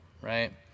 right